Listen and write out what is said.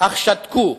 אך שתקו,